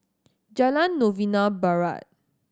Jalan Novena Barat